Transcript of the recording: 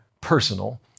personal